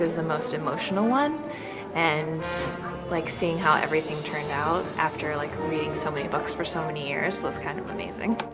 it was the most emotional one and like seeing how everything turned out after like reading so many books for so many years was kind of amazing.